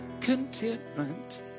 contentment